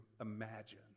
imagine